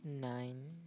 nine